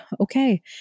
okay